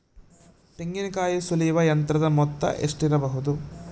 ತೆಂಗಿನಕಾಯಿ ಸುಲಿಯುವ ಯಂತ್ರದ ಮೊತ್ತ ಎಷ್ಟಿರಬಹುದು?